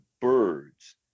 birds